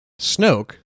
Snoke